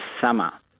summer